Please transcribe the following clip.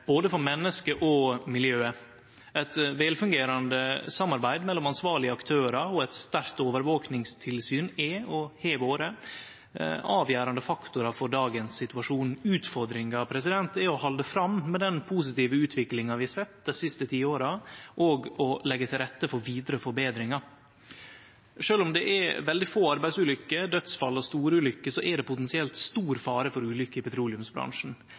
både for menneske og for miljøet. Eit vel fungerande samarbeid mellom ansvarlege aktørar og eit sterkt overvakingstilsyn er og har vore avgjerande faktorar for dagens situasjon. Utfordringa er å halde fram med den positive utviklinga vi har sett dei siste ti åra, og å leggje til rette for vidare forbetringar. Sjølv om det er veldig få arbeidsulykker, dødsfall og store ulykker, er det potensielt stor fare for ulykker i petroleumsbransjen.